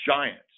giants